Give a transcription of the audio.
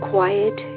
Quiet